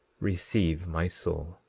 receive my soul.